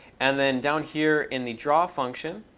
and then down here in the draw function,